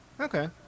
Okay